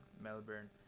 Melbourne